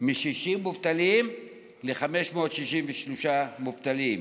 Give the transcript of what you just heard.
מ-60 מובטלים ל-563 מובטלים,